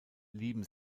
lieben